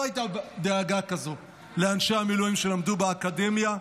לא הייתה דאגה כזאת לאנשי המילואים שלמדו באקדמיה,